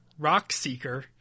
Rockseeker